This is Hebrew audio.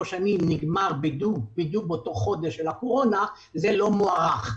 השנים מסתיימות בדיוק באותו חודש של הקורונה זה לא מוארך.